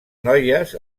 noies